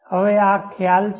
હવે આ ખ્યાલ છે